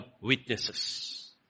witnesses